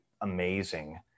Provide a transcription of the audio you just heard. amazing